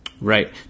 Right